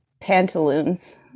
pantaloons